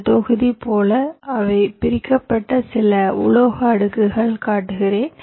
இந்த தொகுதி போல அவை பிரிக்கப்பட்ட சில உலோக அடுக்குகள் காட்டுகிறேன்